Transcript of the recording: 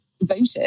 voted